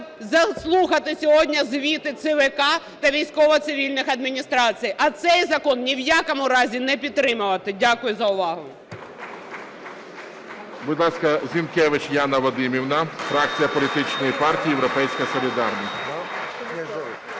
заслухати сьогодні звіти ЦВК та військово-цивільних адміністрацій, а цей закон ні в якому разі не підтримувати. Дякую за увагу.